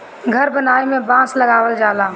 घर बनावे में बांस लगावल जाला